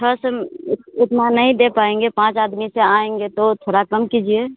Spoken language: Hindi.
छह सौ इतना नहीं दे पाएँगे पाँच आदमी से आएँगे तो थोड़ा कम कीजिए